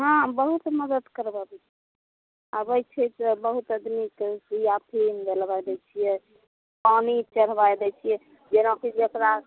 हँ बहुत मदद करब आबै छियै तऽ बहुत आदमी के सुइया फ्रीमे दिलबाए दै छियै पानि चढ़बाए दै छियै जेनाकि जेकरा